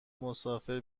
مسافر